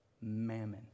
mammon